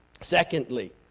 Secondly